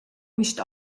quist